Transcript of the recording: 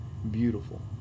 beautiful